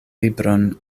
libron